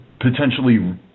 potentially